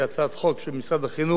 שהיא הצעת חוק שמשרד החינוך